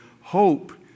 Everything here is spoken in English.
hope